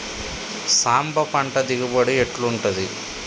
సాంబ పంట దిగుబడి ఎట్లుంటది?